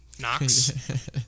Knox